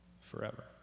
forever